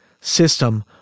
system